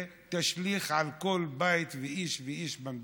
ותשליך על כל בית ואיש במדינה.